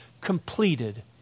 completed